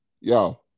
Yo